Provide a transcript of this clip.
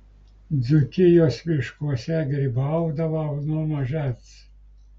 dzūkijos miškuose grybaudavau nuo mažens